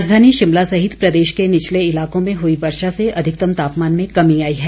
राजधानी शिमला सहित प्रदेश के निचले इलाकों में हुई वर्षा से अधिकतम तापमान में कमी आई है